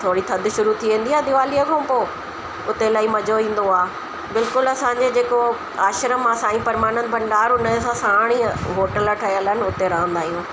थोरी थधि शुरू थी वेंदी आहे दिवालीअ खां पोइ उते इलाही मज़ो ईंदो आहे बिल्कुलु असांजे जेको आश्रम आहे साईं परमानंद भंडार उन सां साण ई आहे होटल ठहियल आहिनि उते रहंदा आहियूं